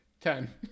Ten